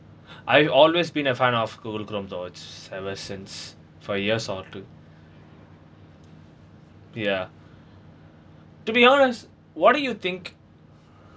I've always been a fan of google chrome always ever since for years onto ya to be honest what do you think